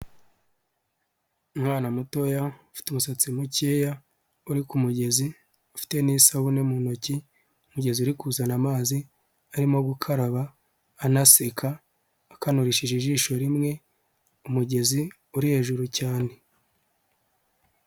Umwana mutoya, ufite umusatsi mukeya, uri ku kumugezi, ufite n'isabune mu ntoki, umugezi uri kuzana amazi, arimo gukaraba, anaseka, akanurishije ijisho rimwe, umugezi uri hejuru cyane.